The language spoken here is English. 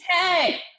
hey